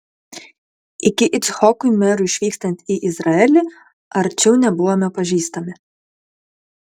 iki icchokui merui išvykstant į izraelį arčiau nebuvome pažįstami